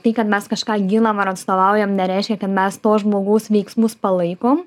tai kad mes kažką ginam ar atstovaujam nereiškia kad mes to žmogaus veiksmus palaikom